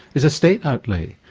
is a state outlay.